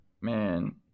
Man